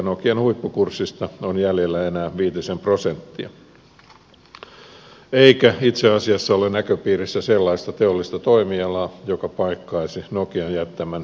nokian huippukurssista on jäljellä enää viitisen prosenttia eikä itse asiassa ole näköpiirissä sellaista teollista toimialaa joka paikkaisi nokian jättämän aukon